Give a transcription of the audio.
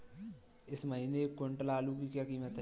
इस महीने एक क्विंटल आलू की क्या कीमत है?